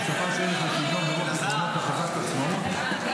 הוספת ערך השוויון ברוח עקרונות הכרזת העצמאות(,